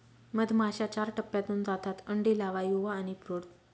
मधमाश्या चार टप्प्यांतून जातात अंडी, लावा, युवा आणि प्रौढ